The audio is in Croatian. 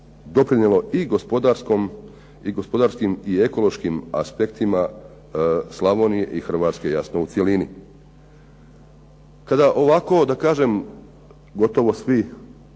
doprinijelo i gospodarskim i ekološkim aspektima Slavonije i Hrvatske jasno u cjelini. Kada ovako da kažem gotovo svi